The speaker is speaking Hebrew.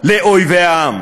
לאויבי העם.